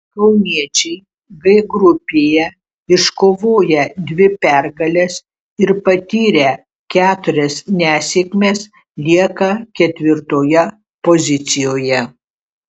kauniečiai g grupėje iškovoję dvi pergales ir patyrę keturias nesėkmes lieka ketvirtoje pozicijoje